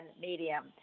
medium